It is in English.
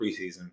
preseason